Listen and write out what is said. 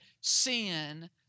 sin